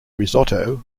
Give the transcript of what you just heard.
risotto